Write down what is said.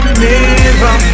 mirror